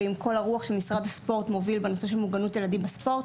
ועם כל הרוח שמשרד הספורט מוביל בנושא של מוגנות ילדים בספורט.